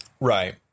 Right